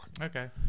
Okay